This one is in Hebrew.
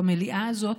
במליאה הזאת,